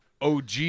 og